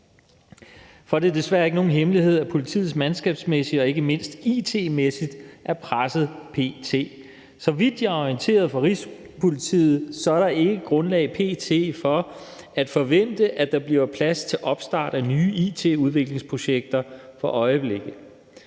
For det er desværre ikke nogen hemmelighed, at politiet mandskabsmæssigt og ikke mindst it-mæssigt er presset p.t. Så vidt jeg er orienteret fra Rigspolitiet, er der ikke grundlag for at forvente, at der bliver plads til opstart af nye it-udviklingsprojekter for øjeblikket,